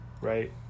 right